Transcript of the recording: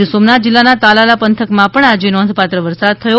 ગીર સોમનાથ જીલ્લામા તાલાલા પંથકમાં પણ આજે નોંધપાત્ર વરસાદ વરસ્યો